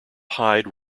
hide